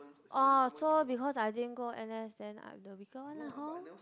ah so because I didn't go N_S then I'm the weaker one lah hor